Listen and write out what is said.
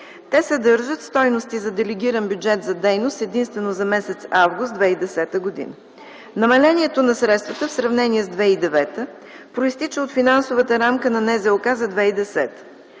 Те съдържат стойности за делегиран бюджет за дейност единствено за м. август 2010 г. Намалението на средствата в сравнение с 2009 г. произтича от финансовата рамка на НЗОК за 2010 г.